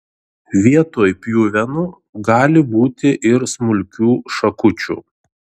vietoj pjuvenų gali būti ir smulkių šakučių